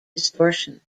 distortion